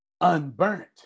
Unburnt